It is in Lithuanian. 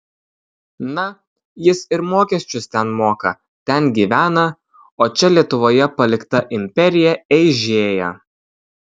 na jis ir mokesčius ten moka ten gyvena o čia lietuvoje palikta imperija eižėja